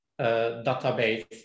database